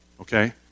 Okay